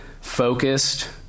focused